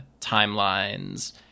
timelines